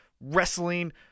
wrestling